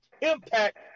impact